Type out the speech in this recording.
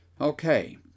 Okay